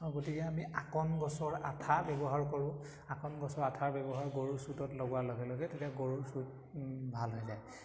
গতিকে আমি আকন গছৰ আঠা ব্যৱহাৰ কৰোঁ আকন গছৰ আঠাৰ ব্যৱহাৰ গৰুৰ চুটত লগোৱাৰ লগে লগে তেতিয়া গৰু চুট ভাল হৈ যায়